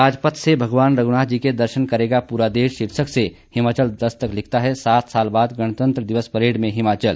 राजपथ से भगवान रघुनाथ जी के दर्शन करेगा पूरा देश शीर्षक से हिमाचल दस्तक लिखता है सात साल बाद गणतंत्र दिवस परेड में हिमाचल